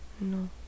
No